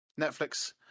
Netflix